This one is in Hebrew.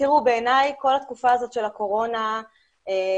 בעיניי בכל התקופה הזאת של הקורונה התחדד